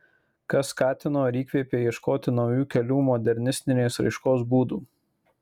kas skatino ir įkvėpė ieškoti naujų kelių modernistinės raiškos būdų